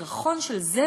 סירחון של זבל.